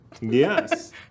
Yes